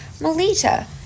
Melita